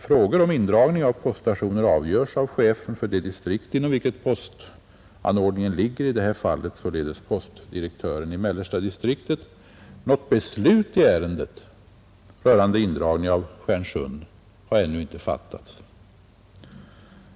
Frågor om indragning av poststationer avgörs av chefen för det distrikt inom vilket postanordningen ligger, i detta fall alltså postdirektören i mellersta distriktet. Något beslut i ärendet rörande indragning av Stjärnsund har ännu inte fattats.